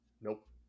Nope